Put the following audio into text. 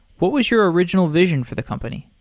what was your original vision for the company?